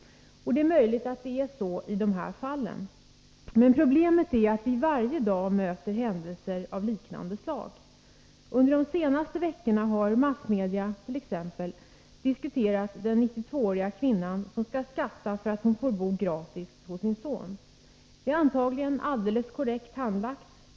Det är möjligt att det är så i de här fallen. Men problemet är att vi varje dag möter händelser av liknande slag. Under de senaste veckorna har massmedia t.ex. diskuterat fallet med den 92-åriga kvinnan som skall skatta för för att hon får bo gratis hos sin son. Ärendet är antagligen alldeles korrekt handlagt.